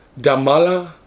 Damala